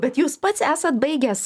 bet jūs pats esat baigęs